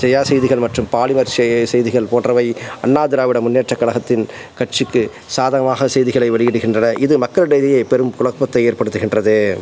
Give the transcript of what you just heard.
ஜெயா செய்திகள் மற்றும் பாலிமர் செ செய்திகள் போன்றவை அண்ணா திராவிட முன்னேற்றக் கழகத்தின் கட்சிக்கு சாதகமாக செய்திகளை வெளியிடுகின்றன இது மக்களிடையே பெரும் குழப்பத்தை ஏற்படுத்துகின்றது